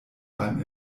beim